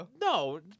no